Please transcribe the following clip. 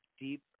deep